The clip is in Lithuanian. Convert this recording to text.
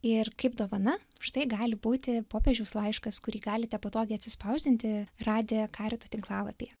ir kaip dovana štai gali būti popiežiaus laiškas kurį galite patogiai atsispausdinti radę karito tinklalapyje